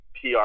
PR